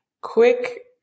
Quick